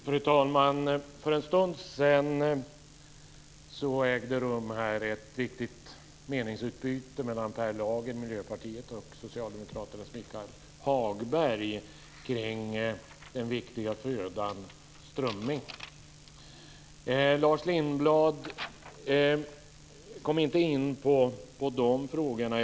Fru talman! För en stund sedan ägde det här rum ett viktigt meningsutbyte mellan Per Lager, Miljöpartiet, och Socialdemokraternas Michael Hagberg kring den viktiga födan strömming. Lars Lindblad kom inte in på de frågorna.